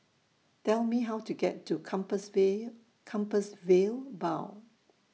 Tell Me How to get to Compassvale Compassvale Bow